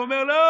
אומר לו: לא,